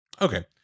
okay